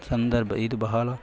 ಸಂದರ್ಭ ಇದು ಬಹಳ